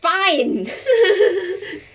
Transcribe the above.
fine